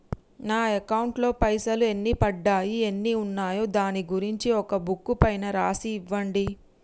నా అకౌంట్ లో పైసలు ఎన్ని పడ్డాయి ఎన్ని ఉన్నాయో దాని గురించి ఒక బుక్కు పైన రాసి ఇవ్వండి?